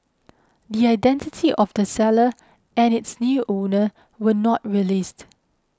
the identity of the seller and its new owner were not released